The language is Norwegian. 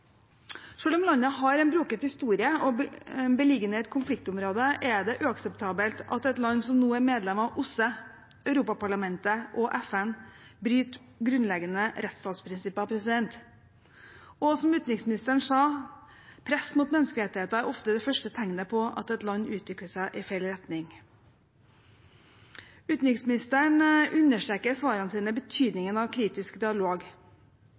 om landet har en broket historie og beliggenhet i et konfliktområde, er det uakseptabelt at et land som nå er medlem av OSSE, Europaparlamentet og FN, bryter med grunnleggende rettsstatsprinsipper. Og som utenriksministeren sa: Press mot menneskerettigheter er ofte det første tegnet på at et land utvikler seg i feil retning. Utenriksministeren understreker i svarene sine betydningen av kritisk dialog.